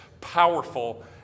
powerful